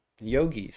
Yogis